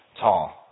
tall